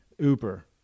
Uber